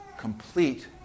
complete